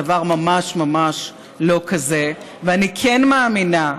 הדבר ממש ממש לא כזה, ואני כן מאמינה,